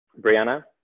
Brianna